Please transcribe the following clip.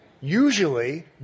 usually